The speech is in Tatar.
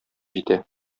җитә